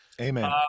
Amen